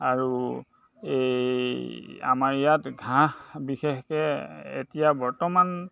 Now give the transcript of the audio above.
আৰু এই আমাৰ ইয়াত ঘাঁহ বিশেষকৈ এতিয়া বৰ্তমান